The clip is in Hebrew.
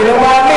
אני לא מאמין.